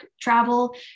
travel